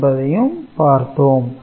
என பார்த்தோம்